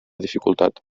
dificultat